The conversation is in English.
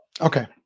Okay